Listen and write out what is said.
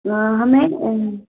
हमें